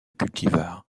cultivar